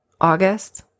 August